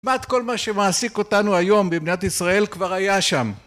כמעט כל מה שמעסיק אותנו היום במדינת ישראל כבר היה שם